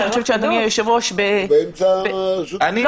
אדוני היושב-ראש --- אני באמצע רשות הדיבור?